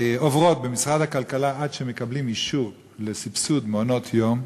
עוברות במשרד הכלכלה עד שהן מקבלות אישור לסבסוד מעונות-יום,